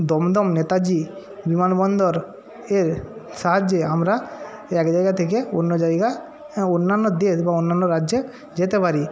দমদম নেতাজি বিমানবন্দরের সাহায্যে আমরা এক জায়গা থেকে অন্য জায়গা হ্যাঁ অন্যান্য দেশ বা অন্যান্য রাজ্যে যেতে পারি